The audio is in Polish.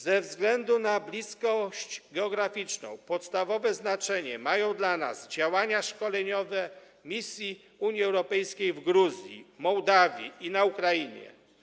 Ze względu na bliskość geograficzną podstawowe znaczenie mają dla nas działania szkoleniowe misji Unii Europejskiej w Gruzji, Mołdawii i na Ukrainie.